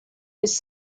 his